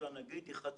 אני לא אמרתי "חצוף".